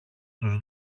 τους